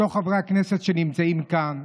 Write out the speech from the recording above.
לחברי הכנסת שנמצאים כאן,